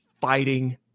fighting